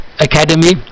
Academy